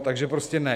Takže prostě ne.